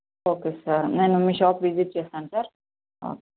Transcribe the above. okay sir నేను మీ shop visit చేస్తాను సార్